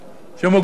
שהם הוגנים,